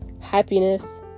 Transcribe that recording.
happiness